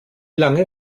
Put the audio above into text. lange